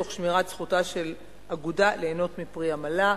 תוך שמירת זכותה של אגודה ליהנות מפרי עמלה.